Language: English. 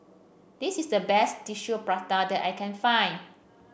this is the best Tissue Prata that I can find